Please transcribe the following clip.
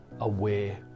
aware